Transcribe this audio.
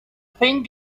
thing